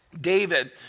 David